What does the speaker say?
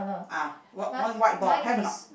ah one one white ball have or not